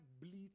bleeds